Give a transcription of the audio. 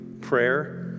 prayer